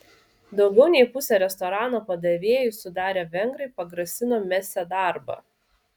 daugiau nei pusę restorano padavėjų sudarę vengrai pagrasino mesią darbą